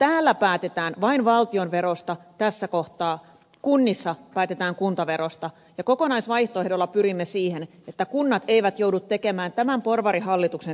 täällä päätetään vain valtionverosta tässä kohtaa kunnissa päätetään kuntaverosta ja kokonaisvaihtoehdolla pyrimme siihen että kunnat eivät joudu tekemään tämän porvarihallituksen likaista työtä